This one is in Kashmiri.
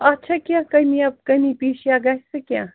اَتھ چھےٚ کیٚنٛہہ کٔمیا کٔمی پیٖشِیَہ گژھِ سہٕ کیٚنٛہہ